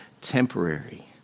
temporary